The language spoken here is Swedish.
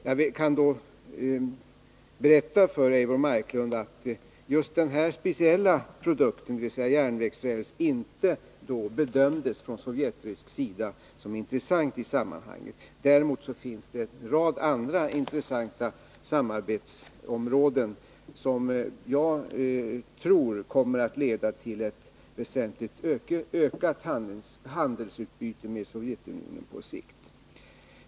Jag kan då berätta för Eivor Marklund att just den här speciella produkten, dvs. järnvägsräls, från sovjetrysk sida inte bedömdes som intressant i sammanhanget. Däremot finns det en rad andra intressanta samarbetsområden, som jag tror på sikt kommer att leda till ett väsentligt ökat handelsutbyte med Sovjetunionen.